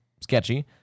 sketchy